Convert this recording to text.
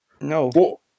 No